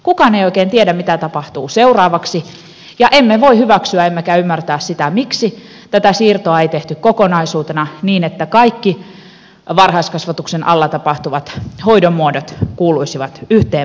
kukaan ei oikein tiedä mitä tapahtuu seuraavaksi ja emme voi hyväksyä emmekä ymmärtää sitä miksi tätä siirtoa ei tehty kokonaisuutena niin että kaikki varhaiskasvatuksen alla tapahtuvat hoidon muodot kuuluisivat yhteen pakettiin